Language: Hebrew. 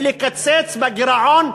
ולקצץ בגירעון,